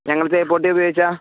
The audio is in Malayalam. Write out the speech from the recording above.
ഞങ്ങൾ തേപ്പുപെട്ടി ഉപയോഗിച്ചാൽ